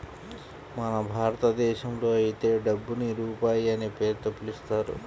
మన భారతదేశంలో అయితే డబ్బుని రూపాయి అనే పేరుతో పిలుస్తారు